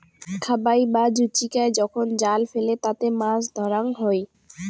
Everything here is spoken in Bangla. খাবাই বা জুচিকায় যখন জাল ফেলে তাতে মাছ ধরাঙ হই